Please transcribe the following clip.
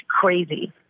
crazy